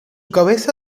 cabeza